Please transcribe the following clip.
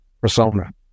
persona